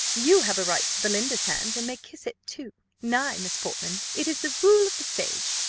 you have a right to belinda's hand, and may kiss it too nay, miss portman, it is the rule of the stage.